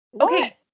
okay